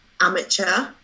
amateur